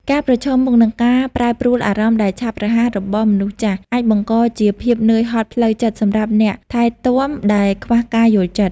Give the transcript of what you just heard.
ការប្រឈមមុខនឹងការប្រែប្រួលអារម្មណ៍ដែលឆាប់រហ័សរបស់មនុស្សចាស់ អាចបង្កជាភាពនឿយហត់ផ្លូវចិត្តសម្រាប់អ្នកថែទាំដែលខ្វះការយល់ដឹង។